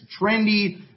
trendy